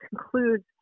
concludes